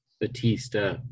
Batista